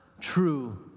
true